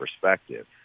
perspective